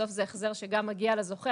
בסוף זה החזר שגם מגיע לזוכה,